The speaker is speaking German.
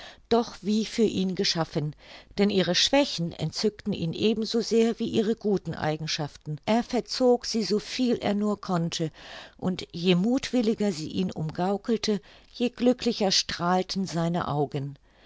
doch wie für ihn geschaffen denn ihre schwächen entzückten ihn ebenso sehr wie ihre guten eigenschaften er verzog sie so viel er nur konnte und je muthwilliger sie ihn umgaukelte je glücklicher strahlten seine augen